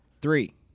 Three